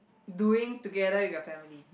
doing together with your family